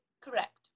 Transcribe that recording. Correct